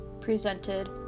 presented